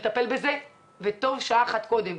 טובה שעה אחת קודם.